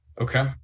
Okay